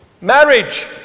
Marriage